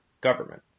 government